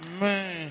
man